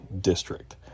district